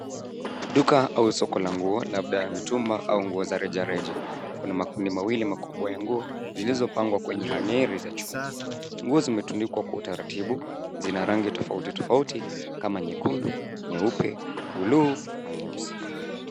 Duka au soko la nguo labda mitumba au nguo za rejareja. Kuna makundi mawili makubwa ya nguo zilizopangwa kwenye hang'eri za chuma. Nguo zimetundikwa kwa utaratibu . Zina rangi tofauti tofauti kama nyekundu, nyeupe, buluu na nyeusi .